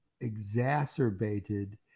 exacerbated